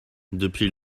depuis